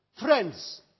Friends